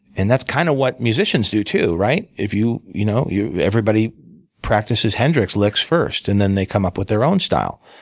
and that's kind of what musicians do too, right? if you you know you everybody practices hendrix licks first, and then they come up with their own style.